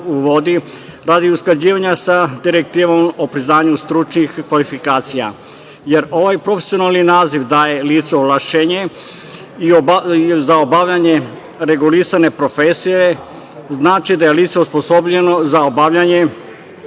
uvodi radi usklađivanja sa direktivom o priznanju stručnih kvalifikacija, jer ovaj profesionalni naziv daje licu ovlašćenje za obavljanje regulisane profesije. Znači da je lice osposobljeno za obavljanje